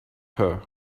her